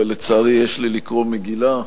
אבל לצערי יש לי מגילה לקרוא.